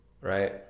right